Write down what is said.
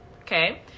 okay